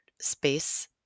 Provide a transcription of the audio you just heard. space